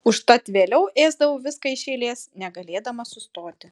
užtat vėliau ėsdavau viską iš eilės negalėdama sustoti